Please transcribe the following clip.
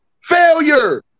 Failure